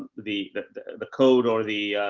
the, the the code or the,